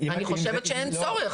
אני חושבת שאין צורך.